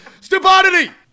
Stupidity